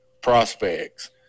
prospects